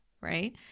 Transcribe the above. Right